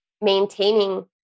maintaining